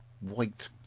white